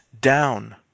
down